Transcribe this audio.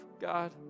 God